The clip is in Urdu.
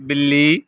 بلّی